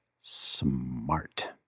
smart